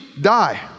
die